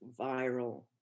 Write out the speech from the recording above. viral